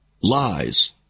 lies